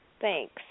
Thanks